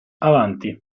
avanti